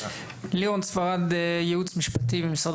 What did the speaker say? לירון ספרד, ייעוץ משפטי למשרד